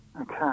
Okay